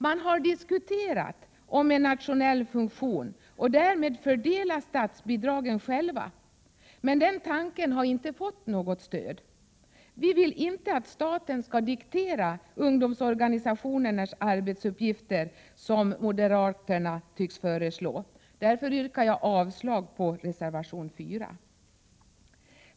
Man har diskuterat en nationell funktion och därmed möjligheten att fördela statsbidragen själv. Men den tanken har inte fått något stöd. Vi vill inte att staten skall diktera ungdomsorganisationernas arbetsuppgifter, som moderaterna tycks föreslå. Jag yrkar avslag på reservation 4.